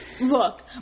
Look